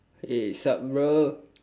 eh sup bro